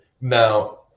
now